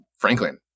Franklin